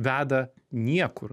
veda niekur